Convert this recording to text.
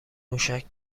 موشک